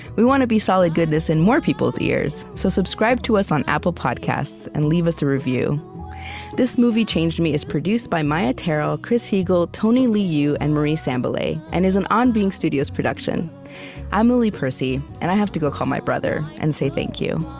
we wanna be solid goodness in more people's ears so subscribe to us on apple podcasts, and leave us a review this movie changed me is produced by maia tarrell, chris heagle, tony liu, and marie sambilay, and is an on being studios production i'm lily percy, and i have to go call my brother, and say thank you